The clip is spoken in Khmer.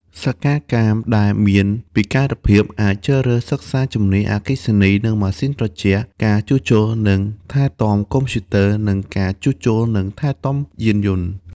សិក្ខាកាមដែលមានពិការភាពអាចជ្រើសរើសសិក្សាជំនាញអគ្គិសនីនិងម៉ាស៊ីនត្រជាក់ ការជួសជុលនិងថែទាំកុំព្យូទ័រ និងការជួសជុលនិងថែទាំយានយន្ត។